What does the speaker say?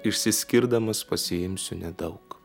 išsiskirdamas pasiimsiu nedaug